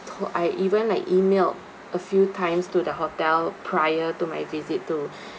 told I even like emailed a few times to the hotel prior to my visit too